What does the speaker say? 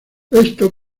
esto